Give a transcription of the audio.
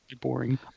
boring